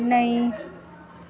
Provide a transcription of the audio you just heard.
नेईं